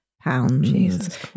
pounds